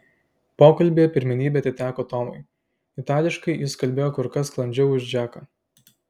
pokalbyje pirmenybė atiteko tomui itališkai jis kalbėjo kur kas sklandžiau už džeką